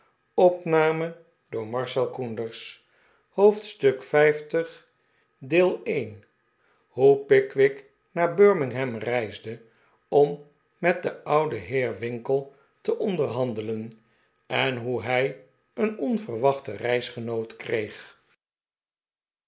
hoe pickwick naar birmingham reisde om met den ouden heer winkle te onderhandelen en hoe hij een onverwachten reisgenoot kreeg